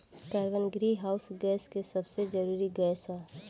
carbon greenhouse gas के सबसे जरूरी गैस ह